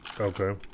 Okay